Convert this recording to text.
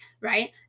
right